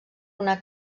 una